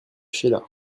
sheila